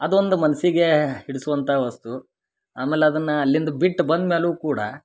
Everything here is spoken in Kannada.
ಅದು ಒಂದು ಮನಸ್ಸಿಗೆ ಹಿಡ್ಸುವಂಥಾ ವಸ್ತು ಆಮೇಲೆ ಅದನ್ನ ಅಲ್ಲಿಂದ ಬಿಟ್ಟು ಬಂದ್ಮ್ಯಾಲು ಕೂಡ